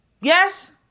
Yes